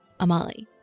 Amali